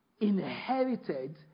inherited